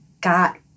got